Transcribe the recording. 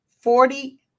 forty